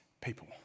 people